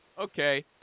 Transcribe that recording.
okay